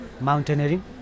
mountaineering